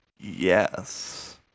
Yes